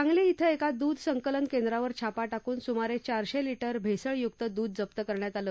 सांगली क्रिं एका दूध संकलन केंद्रावर छापा टाकून सूमारे चारशे लीटर भेसळयुक्त दूध जप्त करण्यात आलं